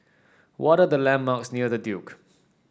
what are the landmarks near The Duke